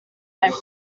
einem